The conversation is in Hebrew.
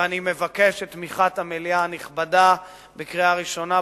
ואני מבקש את תמיכת המליאה הנכבדה בחוק המוצע בקריאה ראשונה.